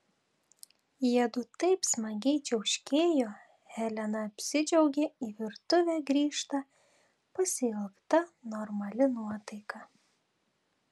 jiedu taip smagiai čiauškėjo helena apsidžiaugė į virtuvę grįžta pasiilgta normali nuotaika